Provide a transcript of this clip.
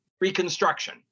reconstruction